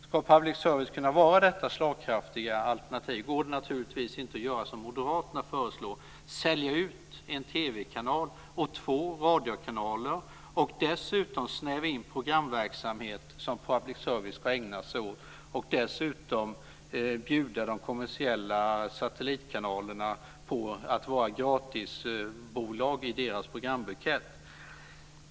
Ska public service kunna vara detta slagkraftiga alternativ går det naturligtvis inte att göra som moderaterna föreslår, att sälja ut en TV-kanal och två radiokanaler och dessutom snäva in den programverksamhet som public service ska ägna sig åt och dessutom bjuda de kommersiella satellitkanalerna på att vara gratisbolag i deras programbukett.